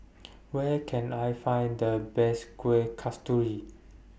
Where Can I Find The Best Kueh Kasturi